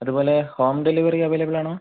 അതുപോലെ home delivery available ആണോ